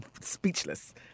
speechless